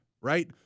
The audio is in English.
right